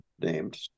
named